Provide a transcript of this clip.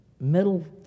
middle